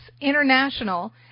international